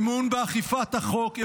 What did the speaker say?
אמון באכיפת החוק,